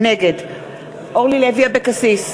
נגד מיקי לוי, נגד אורלי לוי אבקסיס,